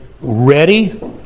ready